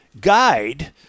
guide